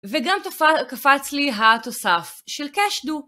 וגם קפץ לי התוסף של קשדו.